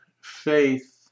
faith